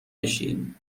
بشین